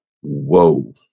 whoa